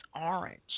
orange